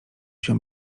się